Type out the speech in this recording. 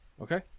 Okay